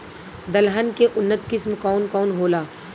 दलहन के उन्नत किस्म कौन कौनहोला?